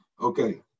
Okay